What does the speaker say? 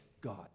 God